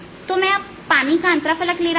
तो अब मैं पानी का अंतराफलक ले रहा हूं